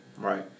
Right